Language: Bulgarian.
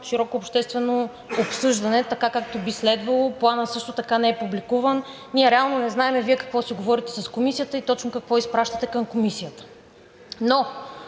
широко обществено обсъждане така, както би следвало, Планът също така не е публикуван. Ние реално не знаем Вие какво си говорите с Комисията и точно какво изпращате към Комисията. Но